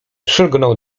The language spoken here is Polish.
przylgnął